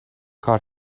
کار